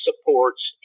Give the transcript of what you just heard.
supports